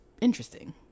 interesting